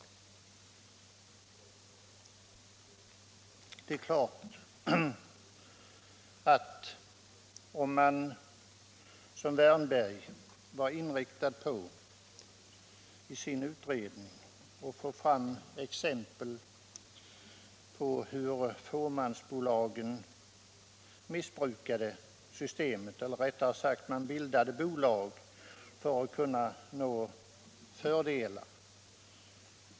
Man kan naturligtvis, som herr Wärnberg har gjort i sin utredning, inrikta sig på att få fram exempel på hur fåmansbolag missbrukat det gällande skattesystemet eller, rättare sagt, exempel på hur bolag bildats enbart för att uppnå skattefördelar.